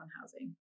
housing